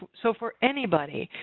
so for anybody,